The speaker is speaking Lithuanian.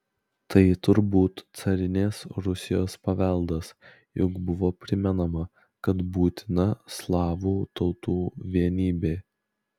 tai turbūt carinės rusijos paveldas juk buvo primenama kad būtina slavų tautų vienybė